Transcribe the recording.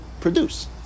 produce